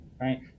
right